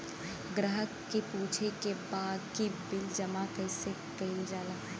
ग्राहक के पूछे के बा की बिल जमा कैसे कईल जाला?